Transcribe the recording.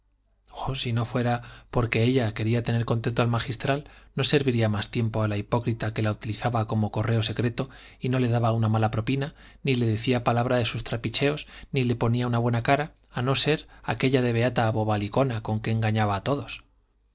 si no fuera porque ella quería tener contento al magistral no serviría más tiempo a la hipócrita que la utilizaba como correo secreto y no le daba una mala propina ni le decía palabra de sus trapicheos ni le ponía una buena cara a no ser aquella de beata bobalicona con que engañaba a todos